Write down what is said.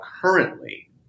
currently